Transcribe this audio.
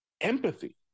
empathy